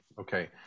Okay